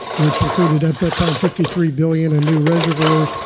which included at that time fifty three billion in new reservoirs,